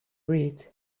read